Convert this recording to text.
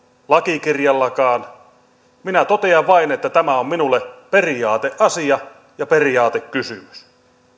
lakikirjallakaan minä totean vain että tämä on minulle periaateasia ja periaatekysymys